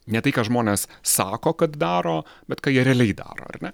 ne tai ką žmonės sako kad daro bet kai jie realiai daro ar ne